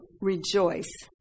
rejoice